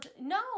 No